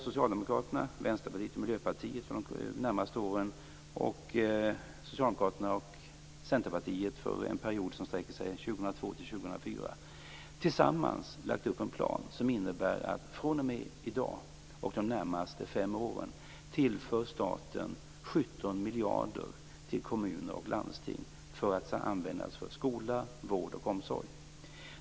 Socialdemokraterna, Vänsterpartiet och Miljöpartiet har nu för de närmaste åren och Socialdemokraterna och Centerpartiet för en period som sträcker sig från 2002 till 2004 tillsammans lagt upp en plan som innebär att fr.o.m. i dag och under de närmaste fem åren tillför staten 17 miljarder till kommuner och landsting att användas för skola, vård och omsorg.